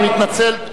אני מתנצל,